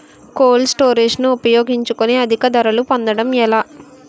Cold storage ని ఉపయోగించుకొని అధిక ధరలు పొందడం ఎలా?